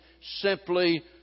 simply